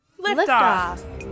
liftoff